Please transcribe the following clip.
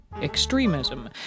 Extremism